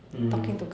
mm